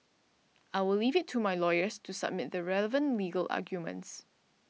I will leave it to my lawyers to submit the relevant legal arguments